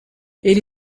ele